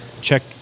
check